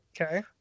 Okay